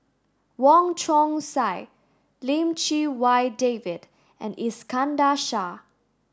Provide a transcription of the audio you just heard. Wong Chong Sai Lim Chee Wai David and Iskandar Shah